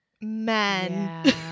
Men